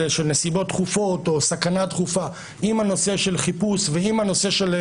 של נסיבות דחופות או סכנה דחופה עם הנושא של חיפוש ועם הנושא של